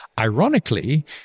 Ironically